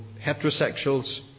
heterosexuals